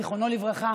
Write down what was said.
זיכרונו לברכה,